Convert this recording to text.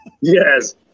yes